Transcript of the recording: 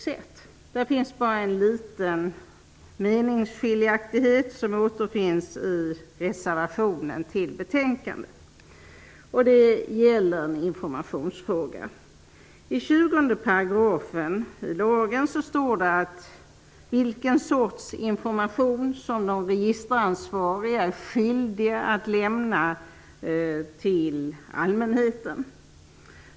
Det finns bara en liten meningsskiljaktighet, som återfinns i reservationen till betänkandet. Det gäller en informationsfråga. I 20 § i lagen står det vilken sorts information som de registeransvariga är skyldiga att lämna till allmänheten.